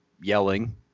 yelling